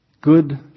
Good